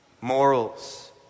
morals